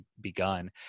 begun